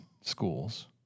schools